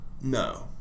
No